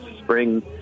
spring